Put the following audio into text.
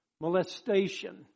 Molestation